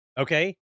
okay